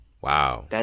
wow